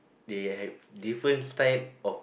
they have different style of